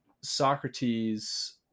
Socrates